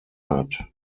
hat